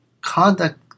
conduct